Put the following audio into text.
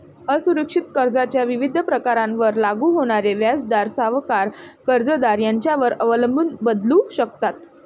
असुरक्षित कर्जाच्या विविध प्रकारांवर लागू होणारे व्याजदर सावकार, कर्जदार यांच्यावर अवलंबून बदलू शकतात